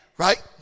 Right